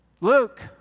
Luke